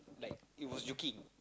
like it was joking